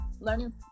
Learning